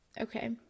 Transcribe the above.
Okay